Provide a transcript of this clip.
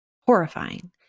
horrifying